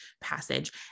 passage